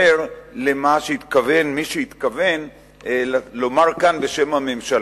למה שהתכוון מי שהתכוון לומר כאן בשם הממשלה.